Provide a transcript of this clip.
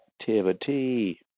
Activity